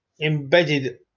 embedded